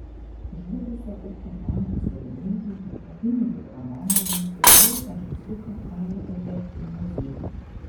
žlugusio ūkio banko savininkui vladimirui romanovui priklausęs žaisliukas gali patekti į muziejų